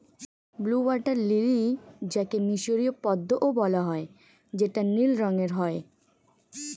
blue water lily যাকে মিসরীয় পদ্মও বলা হয় যেটা নীল রঙের হয়